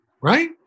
Right